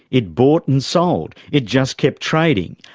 it bought and sold it just kept trading.